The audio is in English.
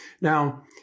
Now